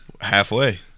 Halfway